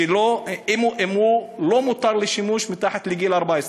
אם הוא לא מותר לשימוש מתחת לגיל 14,